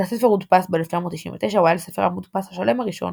כשהספר הודפס ב־1999 הוא היה לספר המודפס השלם הראשון